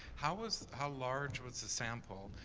how was, how large was the sample,